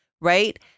right